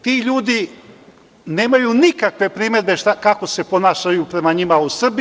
Ti ljudi nemaju nikakve primedbe kako se ponašaju prema njima u Srbiji.